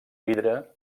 vidre